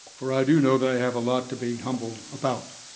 for i do know that i have a lot to be humble about.